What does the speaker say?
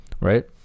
right